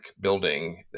building